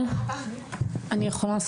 (אומרת דברים בשפת הסימנים, להלן תרגומם: